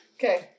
Okay